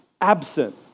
absent